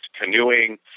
canoeing